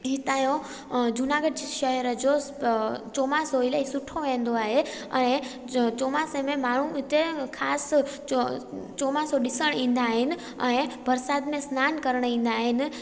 हिता जो जूनागढ़ शहर जो चोमासो इलाही सुठो ईंदो आहे ऐं चोमासे में माण्हू हिते ख़ासि चो चोमासो ॾिसणु ईंदा आहिनि ऐं बरसाति में सनानु करणु ईंदा आहिनि